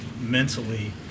mentally